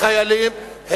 החיילים,